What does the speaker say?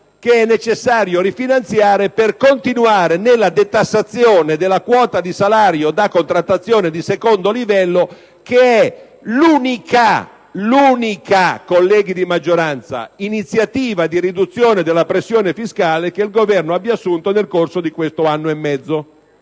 che è necessario rifinanziare per continuare nella detassazione della quota di salario da contrattazione di secondo livello che, colleghi di maggioranza, è l'unica (l'unica) iniziativa di riduzione della pressione fiscale che il Governo abbia assunto nel corso di quest'anno e mezzo